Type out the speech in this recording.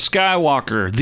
Skywalker